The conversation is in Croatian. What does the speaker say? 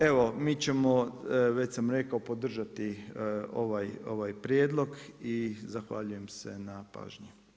Evo mi ćemo već sam rekao podržati ovaj prijedlog i zahvaljujem se na pažnji.